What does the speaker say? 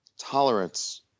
tolerance